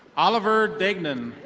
oliver daygman.